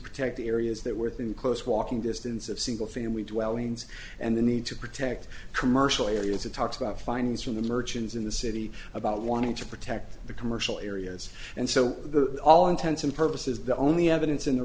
protect the areas that within close walking distance of single family dwellings and the need to protect commercial areas to talk about findings from the merchants in the city about wanting to protect the commercial areas and so the all intents and purposes the only evidence in the